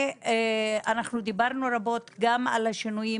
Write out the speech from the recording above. אנחנו דיברנו רבות גם על השינויים